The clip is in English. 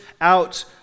out